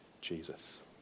Jesus